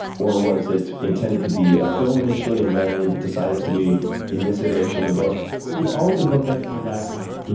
or was it intended to be a film, initially, and then decided to be in this iteration the book? it was always a book that's my background,